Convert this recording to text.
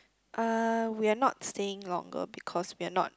uh we are not staying longer because we are not